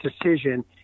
decision